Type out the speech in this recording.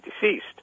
deceased